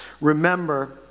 remember